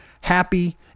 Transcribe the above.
happy